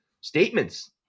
statements